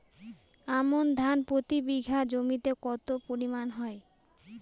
আমন ধান প্রতি বিঘা জমিতে কতো পরিমাণ হয়?